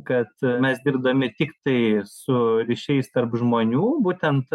kad mes dirbdami tiktai su ryšiais tarp žmonių būtent